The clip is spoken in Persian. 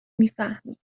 میفهمی